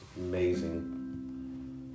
amazing